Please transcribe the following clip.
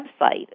website